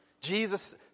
Jesus